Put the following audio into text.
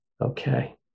Okay